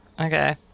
Okay